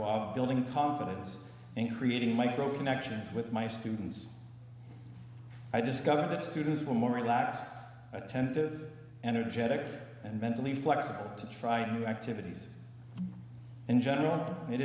repertoire building confidence and creating micro connections with my students i discovered that students were more relaxed attentive energetic and mentally flexible to try new activities in general